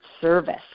service